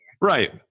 Right